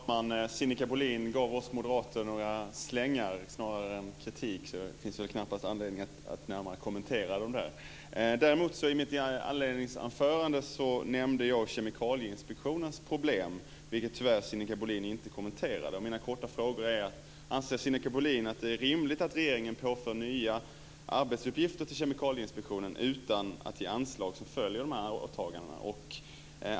Fru talman! Sinikka Bohlin gav oss moderater några slängar snarare än kritik. Det finns knappast anledning att närmare kommentera dessa slängar. Däremot nämnde jag i mitt inledningsanförande Bohlin tyvärr inte kommenterade. Och mina korta frågor är: Anser Sinikka Bohlin att det är rimligt att regeringen påför Kemikalieinspektionen nya arbetsuppgifter utan att ge anslag som motsvarar dessa åtaganden?